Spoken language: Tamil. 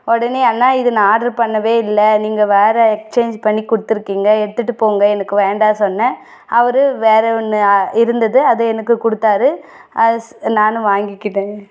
உடனே அண்ணா இது நான் ஆர்ட்ரு பண்ணவே இல்லை நீங்கள் வேற எக்ஸ்சேஞ்ச் பண்ணி கொடுத்துருக்கிங்க எடுத்துட்டு போங்க எனக்கு வேண்டாம் சொன்னேன் அவர் வேற ஒன்று இருந்தது அது எனக்கு கொடுத்தாரு அது ச நானும் வாங்கிக்கிட்டேன்